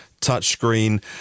touchscreen